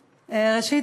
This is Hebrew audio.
ראשית,